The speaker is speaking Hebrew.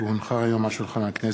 כי הונחו היום על שולחן הכנסת,